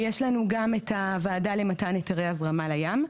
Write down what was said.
ויש לנו גם את הוועדה למתן היתרי הזרמה לים,